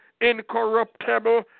incorruptible